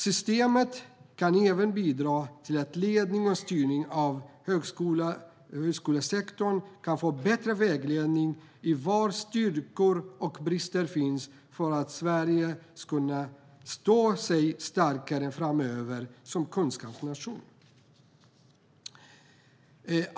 Systemet kan även bidra till att ledning och styrning av högskolesektorn kan få bättre vägledning när det gäller var styrkor och brister finns för att Sverige skulle kunna stå sig starkare som kunskapsnation framöver.